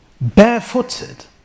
barefooted